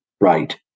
right